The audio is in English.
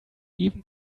even